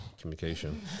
Communication